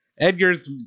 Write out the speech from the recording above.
Edgar's